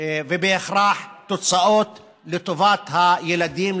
ובהכרח תוצאות לטובת הילדים,